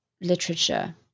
literature